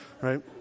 right